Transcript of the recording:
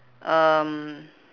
um